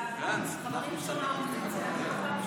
והחברים שלו מהאופוזיציה,